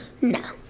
No